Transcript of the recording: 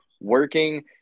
working